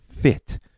fit